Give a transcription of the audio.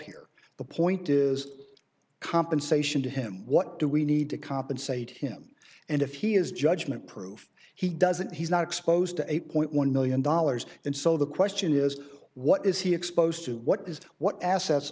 here the point is compensation to him what do we need to compensate him and if he is judgment proof he doesn't he's not exposed to eight point one million dollars and so the question is what is he exposed to what is what assets